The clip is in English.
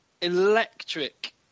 Electric